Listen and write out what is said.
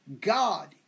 God